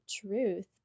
truth